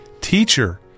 Teacher